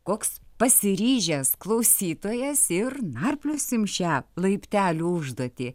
koks pasiryžęs klausytojas ir narpliosim šią laiptelių užduotį